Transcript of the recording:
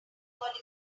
called